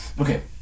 Okay